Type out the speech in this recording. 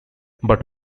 but